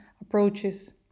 approaches